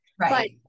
Right